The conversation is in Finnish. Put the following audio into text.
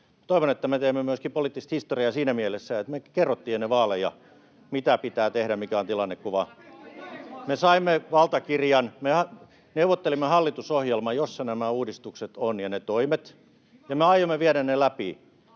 toivon, että me teemme myöskin poliittista historiaa siinä mielessä, että me kerrottiin ennen vaaleja, mitä pitää tehdä, mikä on tilannekuva. [Jussi Saramo: Teette päinvastoin!] Me saimme valtakirjan, me neuvottelimme hallitusohjelman, jossa nämä uudistukset ja ne toimet ovat, ja me aiomme viedä ne läpi.